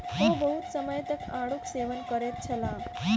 ओ बहुत समय तक आड़ूक सेवन करैत छलाह